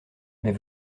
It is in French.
mais